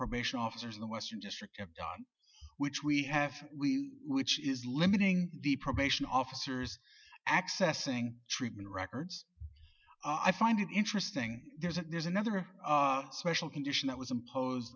probation officers in the western district of which we have we is limiting the probation officers accessing treatment records i find it interesting there's a there's another special condition that was imposed